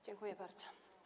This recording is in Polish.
Dziękuję bardzo.